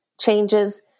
changes